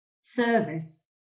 service